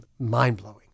mind-blowing